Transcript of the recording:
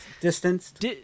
distanced